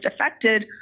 affected